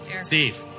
Steve